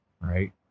Right